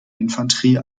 infanterie